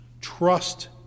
trust